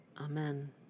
Amen